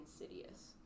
insidious